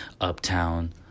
Uptown